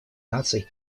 наций